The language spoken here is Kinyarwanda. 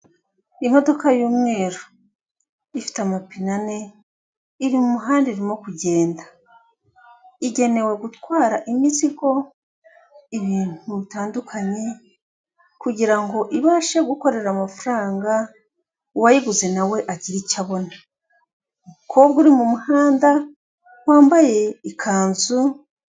Imodoka y'umweru, ifite amapine ane, iri mu muhanda irimo kugenda, igenewe gutwara imizigo, ibintu bitandukanye kugira ngo ibashe gukorera amafaranga, uwayiguze na we agire icyo abona, umukobwa uri mu muhanda wambaye ikanzu.